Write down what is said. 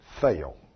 fail